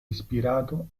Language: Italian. ispirato